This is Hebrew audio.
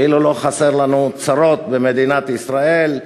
כאילו לא חסרות לנו צרות במדינת ישראל.